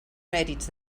mèrits